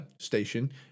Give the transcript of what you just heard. station